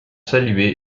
salué